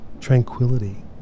tranquility